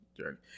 Journey